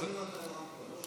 מדינת היהודים.